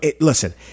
listen